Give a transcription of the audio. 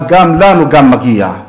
אבל גם לנו מגיע.